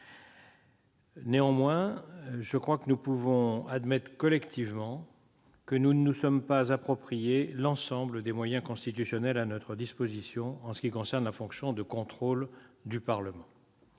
Néanmoins, je crois que nous pouvons admettre collectivement que nous ne nous sommes pas approprié l'ensemble des moyens constitutionnels à notre disposition pour ce qui concerne la fonction de contrôle. Avec